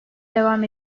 devam